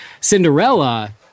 Cinderella